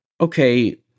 okay